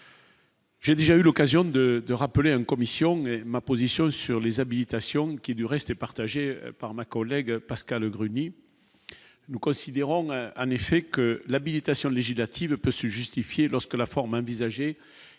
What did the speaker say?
J'ai déjà eu l'occasion de de rappeler à une commission, mais ma position sur les habitations qui du reste est partagé par ma collègue Pascale Gruny nous considérons un effet que l'habilitation législative peut se justifier lorsque la forme est excessif demande